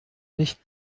nicht